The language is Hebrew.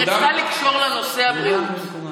היא ניסתה לקשור לנושא הבריאות.